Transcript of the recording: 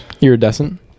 iridescent